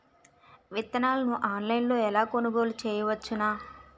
విత్తనాలను ఆన్లైన్లో ఎలా కొనుగోలు చేయవచ్చున?